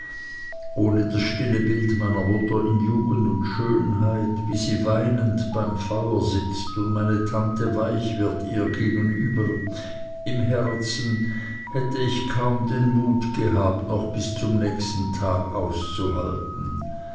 ohne das stille bild meiner mutter in jugend und schönheit wie sie weinend beim feuer sitzt und meine tante weich wird ihr gegenüber im herzen hätte ich kaum den mut gehabt noch bis zum nächsten tag auszuhalten